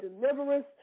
deliverance